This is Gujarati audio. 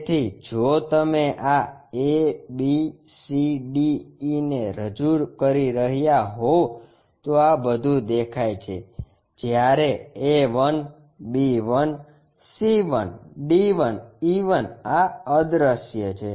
તેથી જો તમે આ a b c d e ને રજૂ કરી રહ્યા હોવ તો આં બધું દેખાય છે જ્યારે આ A 1 B 1 C 1 D 1 E 1 આ અદૃશ્ય છે